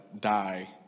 die